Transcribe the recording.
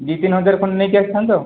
ଦୁଇ ତିନି ହଜାର ଖଣ୍ଡେ ଟଙ୍କା ନେଇକି ଆସିଥାନ୍ତୁ